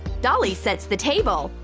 dolly sets the table.